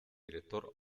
director